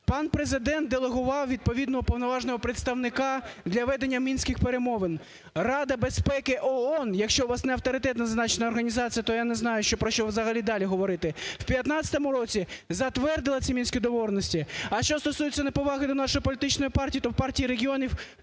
пан Президент делегував відповідно уповноваженого представника для ведення мінських перемовин. Рада безпеки ООН, якщо у вас неавторитетна зазначена організація, то я не знаю, про що взагалі далі говорити, в 15-му році затвердила ці Мінські домовленості. А що стосується неповаги до нашої політичної партії, то в Партії регіонів